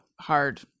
hard –